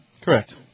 Correct